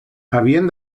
havien